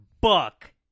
buck